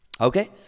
Okay